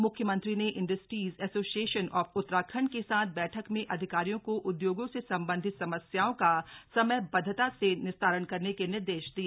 मुख्यमंत्री ने industries association of Uttarakhand के साथ बै क में अधिकारियों को उद्योगों से संबंधित समस्याओं का समयबद्धता से निस्तारण करने के निर्देश दिए